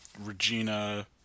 Regina